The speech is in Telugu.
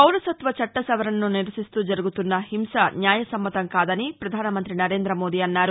పౌరసత్వ చట్ల సవరణను నిరసిస్తూ జరుగుతున్న హింస న్యాయ సమ్మతం కాదని ప్రధాన మంతి నరేంద్ర మోదీ అన్నారు